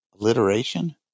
alliteration